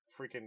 freaking